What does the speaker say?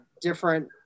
different